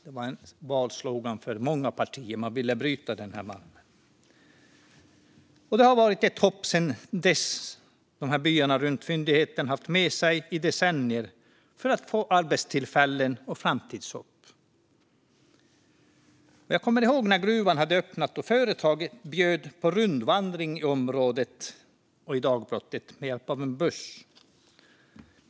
Det var en valslogan för många partier, för man ville bryta den här malmen. Det har varit ett hopp som byarna runt fyndigheten har haft med sig i decennier och som handlar om att få arbetstillfällen och framtidshopp. Jag kommer ihåg när gruvan hade öppnat och företaget bjöd på rundvandring i området och i dagbrottet med hjälp av en buss.